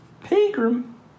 Pegram